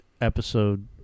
episode